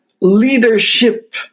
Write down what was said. leadership